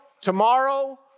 tomorrow